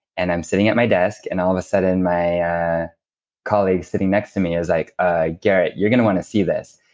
and i'm sitting at my desk, and all of a sudden my colleague sitting next to me, is like, ah, garrett, you're going to want to see this.